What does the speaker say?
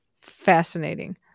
Fascinating